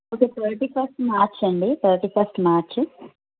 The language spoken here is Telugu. ఓకే థర్టీ ఫస్ట్ మార్చి అండి థర్టీ ఫస్ట్ మార్చి